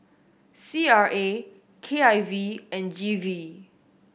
C R A K I V and G V